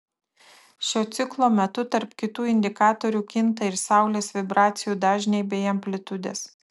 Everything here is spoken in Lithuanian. šio ciklo metu tarp kitų indikatorių kinta ir saulės vibracijų dažniai bei amplitudės